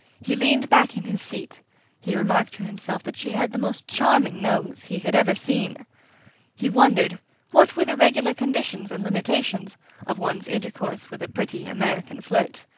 he leaned back in his seat he remarked to himself that she had the most charming nose he had ever seen he wondered what were the regular conditions and limitations of one's intercourse with a pretty american flirt.